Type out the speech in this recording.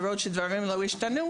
על מנת שנראה שדברים לא השתנו.